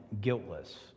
guiltless